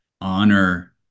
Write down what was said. honor